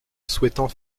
souhaitant